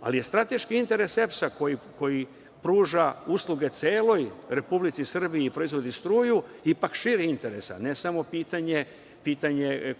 ali je strateški interes EPS-a, koji pruža usluge celoj Republici Srbiji i proizvodi struju, ipak širi interes, a ne samo pitanje